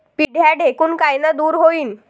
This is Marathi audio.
पिढ्या ढेकूण कायनं दूर होईन?